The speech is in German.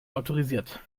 autorisiert